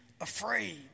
afraid